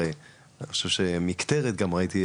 הרי אני חושב שמקטרת גם ראיתי,